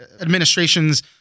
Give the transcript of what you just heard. administration's